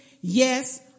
Yes